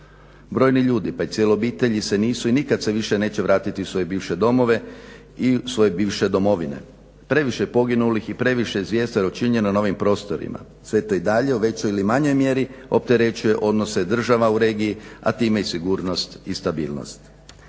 Brojni ljudi pa i cijele obitelji se nisu i nikad se više neće vratiti u svoje bivše domove i u svoje bivše domovine. Previše je poginulih i previše je zvjerstva učinjeno na ovim prostorima, sve to i dalje u većoj ili manjoj mjeri opterećuje odnose država u regiji, a time i sigurnosti i stabilnost.